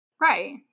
Right